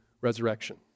resurrection